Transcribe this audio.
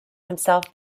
himself